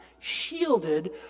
Shielded